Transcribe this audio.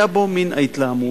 היה בו מן ההתלהמות